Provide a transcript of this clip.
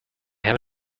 have